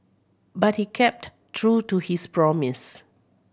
but he kept true to his promise